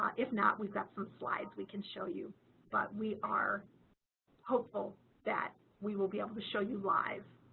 if not we've got some slides we can show you but we are hopeful that we will be able to show you live.